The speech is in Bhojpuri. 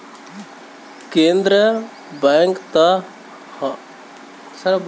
केन्द्र बैंक त हइए हौ